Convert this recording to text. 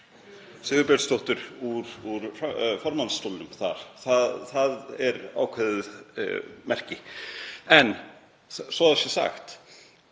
Sigurbjörnsdóttur úr formannsstólnum þar. Það er ákveðið merki. En svo það sé sagt: